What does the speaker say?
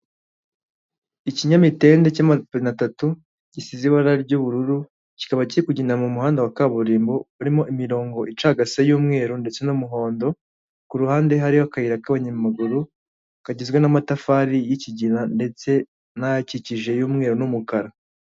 Ikinyamitende cy'amapine atatu gisize ibara ry'ubururu, kikaba kiri kugenda mu muhanda wa kaburimbo, urimo imirongo icagase y'umweru ndetse n'umuhondo; ku ruhande hariho akayira k'ayamaguru kagizwe n'amatafari y'ikigina ndetse na kikije y'umweru n'umukara.